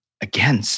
again